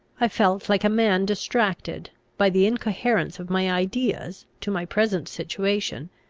i felt like a man distracted, by the incoherence of my ideas to my present situation,